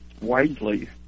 widely